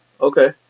Okay